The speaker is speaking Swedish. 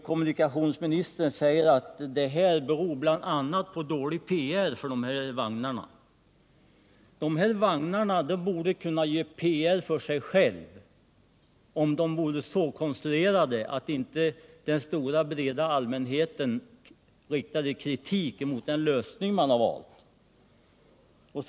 Kommunikationsministern säger också att problemet ligger i att de vagnar vi diskuterar har fått alltför dålig PR. Men dessa vagnar borde kunna göra PR för sig själva om de bara vore så konstruerade att inte den breda allmänheten haft anledning att rikta kritik mot den utformning man givit dem.